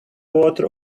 water